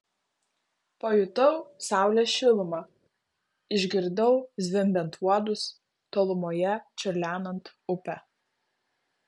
pajutau saulės šilumą išgirdau zvimbiant uodus tolumoje čiurlenant upę